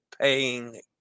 paying